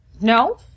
No